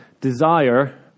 desire